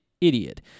idiot